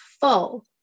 full